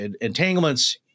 entanglements